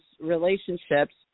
relationships